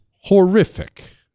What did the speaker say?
horrific